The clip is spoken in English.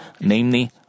namely